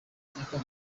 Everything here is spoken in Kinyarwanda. nyakanga